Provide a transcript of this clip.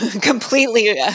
completely